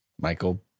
Michael